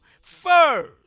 first